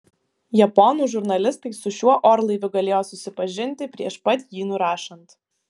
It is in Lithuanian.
japonų žurnalistai su šiuo orlaiviu galėjo susipažinti prieš pat jį nurašant